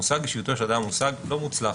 המושג "אישיותו של אדם" הוא מושג לא מוצלח.